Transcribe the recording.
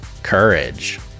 courage